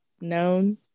known